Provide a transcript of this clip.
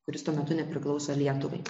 kuris tuo metu nepriklauso lietuvai